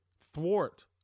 thwart